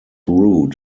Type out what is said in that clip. root